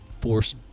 Force